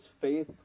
faith